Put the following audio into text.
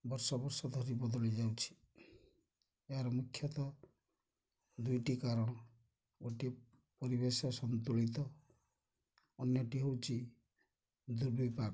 ବର୍ଷ ବର୍ଷ ଧରି ବଦଳି ଯାଉଛି ଏହାର ମୁଖ୍ୟତଃ ଦୁଇଟି କାରଣ ଗୋଟିଏ ପରିବେଶ ସନ୍ତୁଳିତ ଅନ୍ୟଟି ହେଉଛି ଦୁର୍ବିପାକ